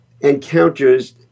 encounters